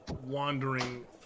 wandering